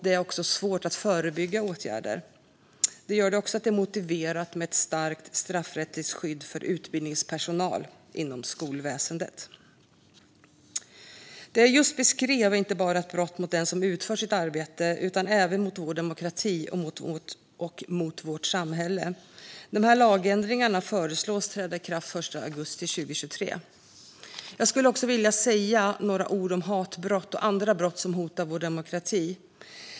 Det är också svårt att förebygga. Detta gör att det också är motiverat med ett stärkt straffrättsligt skydd för utbildningspersonal inom skolväsendet. Det jag just beskrivit är inte bara brott mot den som utför sitt arbete utan även mot vår demokrati och mot vårt samhälle. Dessa lagändringar föreslås träda i kraft den 1 augusti 2023. Jag skulle också vilja säga några ord om hatbrott och andra brott som hotar vår demokrati.